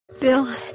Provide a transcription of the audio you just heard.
Bill